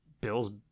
Bill's